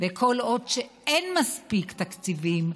וכל עוד אין מספיק תקציבים,